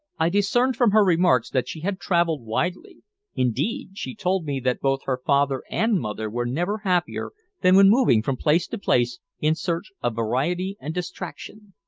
i discerned from her remarks that she had traveled widely indeed, she told me that both her father and mother were never happier than when moving from place to place in search of variety and distraction.